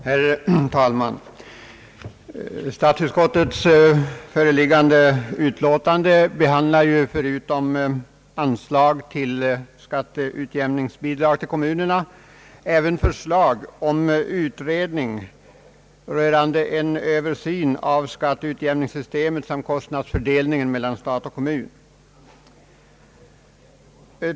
Herr talman! Statsutskottets föreliggande utlåtande behandlar ju förutom anslag till skatteutjämningsbidrag till kommunerna även förslag om utredning rörande en Översyn av skatteutjämningssystemet samt kostnadsfördelningen mellan stat och kommun.